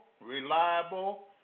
reliable